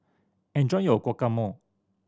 enjoy your Guacamole